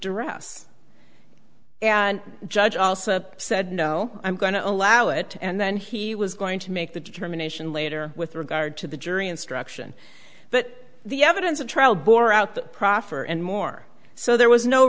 dress and judge also said no i'm going to allow it and then he was going to make the determination later with regard to the jury instruction but the evidence of trial bore out the proffer and more so there was no